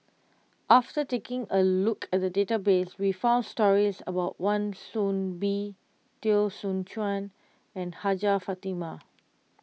after taking a look at the database we found stories about Wan Soon Bee Teo Soon Chuan and Hajjah Fatimah